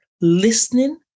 listening